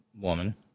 woman